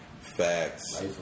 Facts